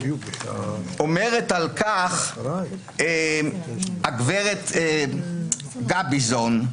אומרת על כך הגברת גביזון,